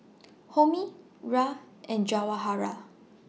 Homi Raj and Jawaharlal